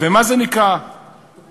מה זה נקרא עני?